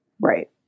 Right